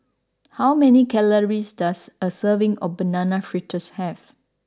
how many calories does a serving of Banana Fritters have